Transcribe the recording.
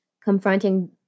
confronting